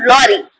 Lorry